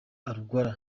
uruguay